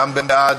שגם היא בעד,